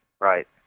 Right